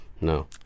No